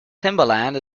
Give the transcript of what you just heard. timbaland